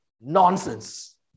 nonsense